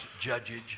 judges